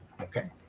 Okay